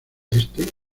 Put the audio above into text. este